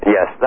Yes